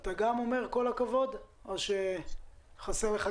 אתה גם אומר כל הכבוד או שחסר לך כסף?